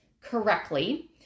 correctly